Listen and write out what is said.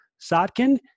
Sotkin